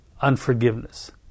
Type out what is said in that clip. unforgiveness